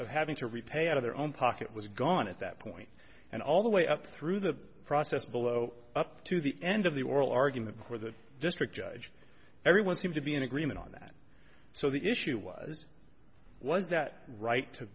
of having to repay out of their own pocket was gone at that point and all the way up through the process below up to the end of the oral argument before the district judge everyone seemed to be in agreement on that so the issue was was that right to